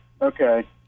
Okay